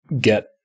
get